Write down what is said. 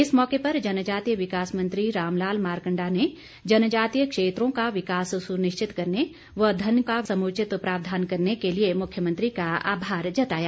इस मौके पर जनजातीय विकास मंत्री रामलाल मारकंडा ने जनजातीय क्षेत्रों का विकास सुनिश्चित करने व धन का समुचित प्रावधान करने के लिए मुख्यमंत्री का आभार जताया